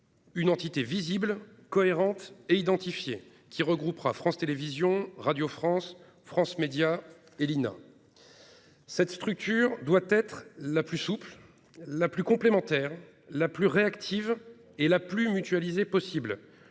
une entité visible, cohérente et identifiée, qui regroupera France Télévisions, Radio France, France Médias Monde et l'INA. Cette structure doit être la plus souple, la plus complémentaire, la plus réactive et la plus mutualisée possible